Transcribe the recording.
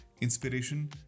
inspiration